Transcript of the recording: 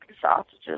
sausages